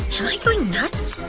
am i going nuts?